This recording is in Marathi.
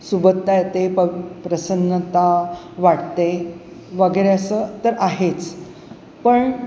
सुबत्ता येते प प्रसन्नता वाटते वगैरे असं तर आहेच पण